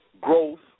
growth